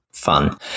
fun